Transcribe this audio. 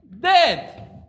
dead